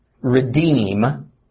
redeem